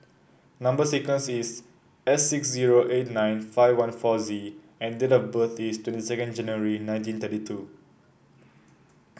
number sequence is S six zero eight nine five one four Z and date of birth is twenty second January nineteen thirty two